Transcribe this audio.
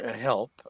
help